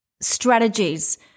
strategies